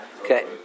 Okay